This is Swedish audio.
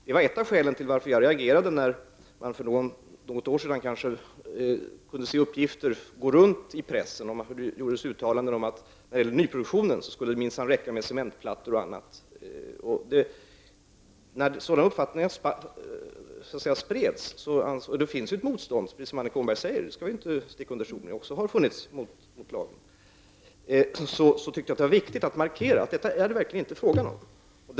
Det var ett av skälen till att jag reagerade när man för något år sedan kunde ta del av uttalanden i pressen om att det när det gäller nyproduktion minsann skulle räcka med cementplattor och annat. Vi skall inte sticka under stol med att det, precis som Annika Åhnberg sade, finns och har funnits ett motstånd mot lagen. Men när dessa tidningsuppgifter spreds var det viktigt att markera att det inte förhöll sig så.